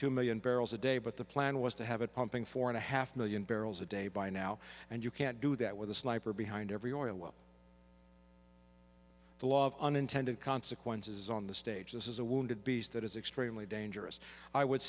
two million barrels a day but the plan was to have it pumping four and a half million barrels a day by now and you can't do that with a sniper behind every oil well the law of unintended consequences on the stage this is a wounded beast that is extremely dangerous i would